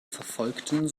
verfolgten